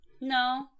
No